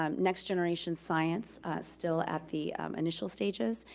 um next generation science still at the initial stages,